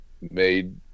made